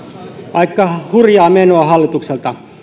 aika hurjaa menoa hallitukselta